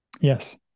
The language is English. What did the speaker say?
Yes